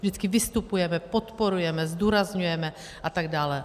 My vystupujeme, podporujeme, zdůrazňujeme a tak dále.